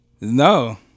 No